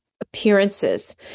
appearances